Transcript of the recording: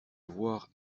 voir